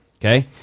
Okay